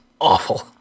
awful